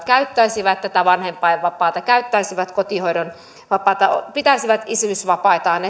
käyttäisivät tätä vanhempainvapaata käyttäisivät kotihoidonvapaata pitäisivät isyysvapaitaan